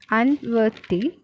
unworthy